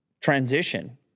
transition